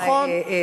נכון,